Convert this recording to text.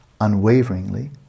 unwaveringly